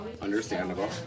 Understandable